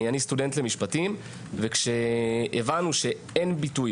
אני סטודנט למשפטים וכשהבנו שאין ביטוי,